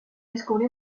descubrió